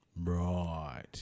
Right